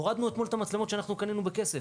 ולכן הורדנו אתמול את המצלמות שאנחנו קנינו בכסף.